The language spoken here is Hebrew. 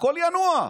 הכול ינוע,